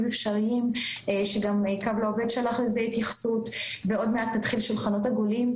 אפשריים שגם קו לעובד שלח את זה התייחסות ועוד מעט יתחיל שולחנות עגולים,